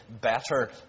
better